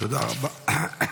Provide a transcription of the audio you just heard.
תודה רבה.